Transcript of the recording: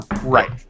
right